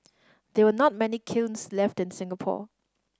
there were not many kilns left in Singapore